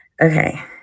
okay